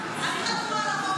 אני חתומה על החוק הזה.